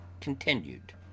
continued